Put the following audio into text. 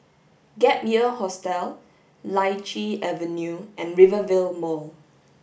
Gap Year Hostel Lichi Avenue and Rivervale Mall